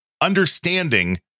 understanding